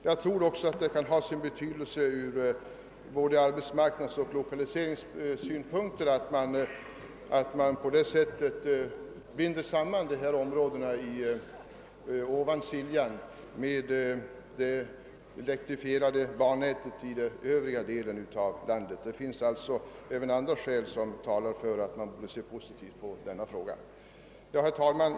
Jag menar också att det kan ha sin betydelse från både arbetsmarknadsoch lokaliseringssynpunkter att man på det sättet binder samman dessa områden i Ovansiljan med det elektrifierade bannätet i landet i övrigt. även dessa skäl talar alltså för att man bör se positivt på denna fråga. Herr talman!